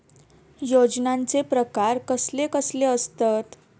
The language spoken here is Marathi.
योजनांचे प्रकार कसले कसले असतत?